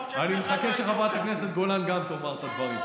אני מחכה שחברת הכנסת גולן גם תאמר את הדברים.